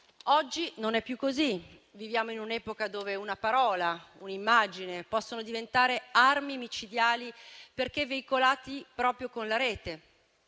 Oggi non è più così: viviamo in un'epoca dove una parola o un'immagine possono diventare armi micidiali perché veicolate proprio con la rete.